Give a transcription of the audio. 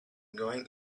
going